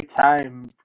time